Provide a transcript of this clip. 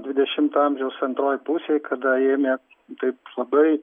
dvidešimto amžiaus antroj pusėj kada ėmė taip labai